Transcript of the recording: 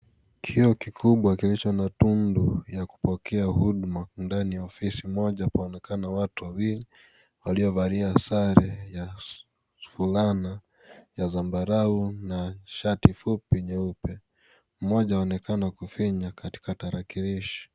Kioo kikubwa kilicho na tundo wa kupokea huduma ndani ya ofisi moja kuonekana watu wawili waliovalia sare ya na fulana ya zambarao na shati fupi nyeupe . Mmoja anaonekana kufinya katika tarakilishi.